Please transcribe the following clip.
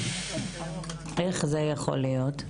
איך זה יכול להיות?